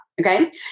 okay